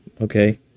Okay